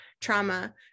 trauma